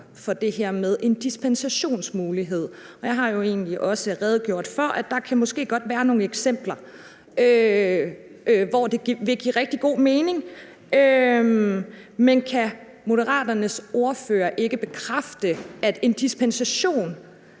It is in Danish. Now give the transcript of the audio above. åbnes op for en dispensationsmulighed. Jeg har jo egentlig også redegjort for, at der måske godt kan være nogle eksempler på, at det ville give rigtig god mening. Men kan Moderaternes ordfører ikke bekræfte, at en dispensation